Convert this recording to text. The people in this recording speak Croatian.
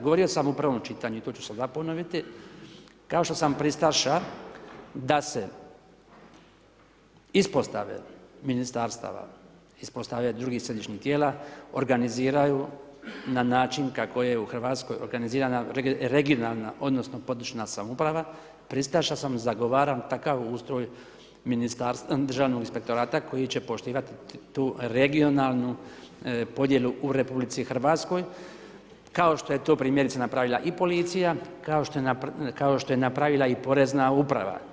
Govorio sam u prvom čitanju i to ću sada ponoviti, kao što sam pristaša da se ispostave Ministarstava ispostavljaju drugih središnjih tijela organiziraju kako je u RH organizirana regionalna odnosno područna samouprava, pristaša sam, zagovaram takav ustroj Državnog inspektorata koji će poštivati tu regionalnu podjelu u RH, kao što je to primjerice napravila i policija, kao što je napravila i Porezna uprava.